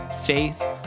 faith